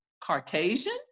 Caucasian